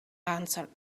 answered